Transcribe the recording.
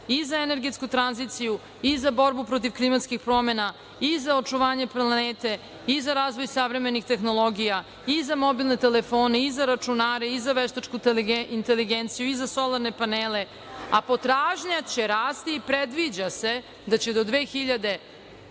i za energetsku tranziciju i za borbu protiv klimatskih promena i za očuvanje planete i za razvoj savremenih tehnologija i za mobilne telefone i za računare i za veštačku inteligenciju i za solarne panele, a potražnja će rasti i predviđa se da će do 2050.